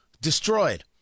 Destroyed